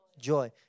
joy